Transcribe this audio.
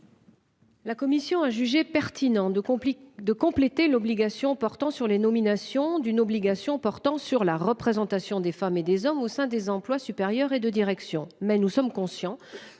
La commission a jugé pertinent de complique de compléter l'obligation portant sur les nominations d'une obligation portant sur la représentation des femmes et des hommes au sein des employes supérieurs et de direction mais nous sommes conscients